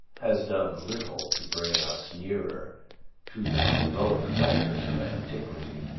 has done little to bring us nearer to the heroic writers of antiquity.